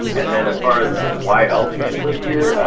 and then as far as why else you should live here,